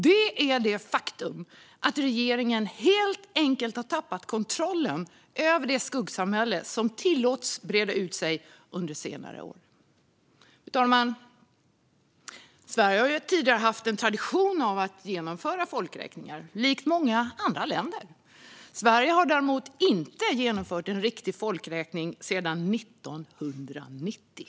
Det är det faktum att regeringen helt enkelt har tappat kontrollen över det skuggsamhälle som tillåtits breda ut sig under senare år. Fru talman! Sverige har tidigare haft en tradition av att genomföra folkräkningar, likt många andra länder. Sverige har däremot inte genomfört en riktig folkräkning sedan 1990.